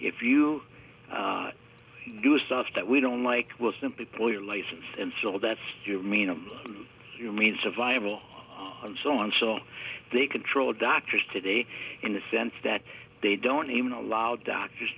if you do stuff that we don't like will simply pull your license and still that's you mean survival and so on so they control doctors today in the sense that they don't even allow doctors